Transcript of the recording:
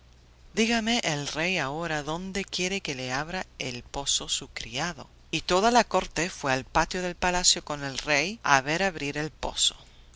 dígame el rey ahora dónde quiere que le abra el pozo su criado y toda la corte fue al patio del palacio con el rey a ver abrir el pozo